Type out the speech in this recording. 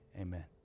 Amen